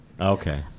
Okay